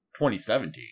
2017